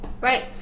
Right